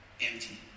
empty